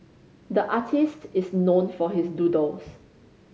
the artist is known for his doodles